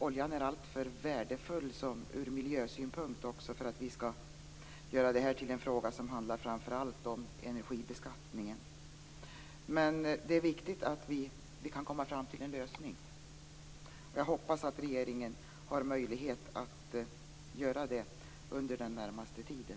Oljan är också från miljösynpunkt alltför värdefull för att vi skall göra det här till en fråga som framför allt handlar om energibeskattningen. Det är viktigt att vi kan komma fram till en lösning, och jag hoppas att regeringen har möjlighet att göra det under den närmaste tiden.